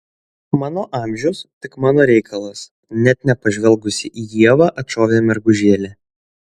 mano amžius tik mano reikalas net nepažvelgusi į ievą atšovė mergužėlė